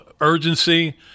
urgency